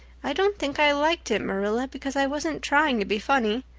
i don't think i liked it, marilla, because i wasn't trying to be funny.